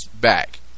back